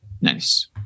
Nice